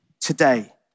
today